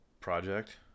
project